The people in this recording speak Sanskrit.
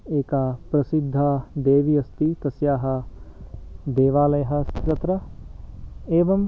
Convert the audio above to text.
एका प्रसिद्धा देवी अस्ति तस्याः देवालयः अस्ति तत्र एवम्